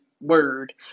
word